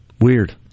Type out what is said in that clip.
Weird